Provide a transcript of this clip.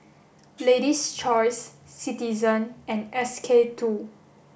lady's Choice Citizen and S K two